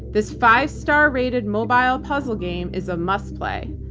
this five star rated mobile puzzle game is a must play.